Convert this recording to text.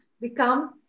becomes